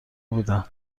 بودم